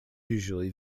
usually